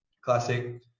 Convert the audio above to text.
classic